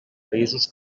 països